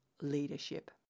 leadership